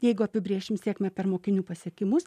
jeigu apibrėšim sėkmę per mokinių pasiekimus